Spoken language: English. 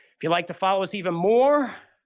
if you'd like to follow us even more,